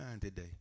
today